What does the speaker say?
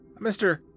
Mr